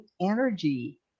energy